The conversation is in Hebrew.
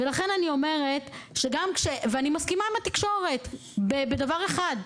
ואני מסכימה עם התקשורת בדבר אחד: